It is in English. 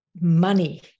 money